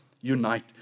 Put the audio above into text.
unite